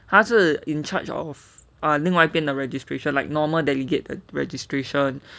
他是 in charge of eh 另外一边的 registration like normal delegate 的 registration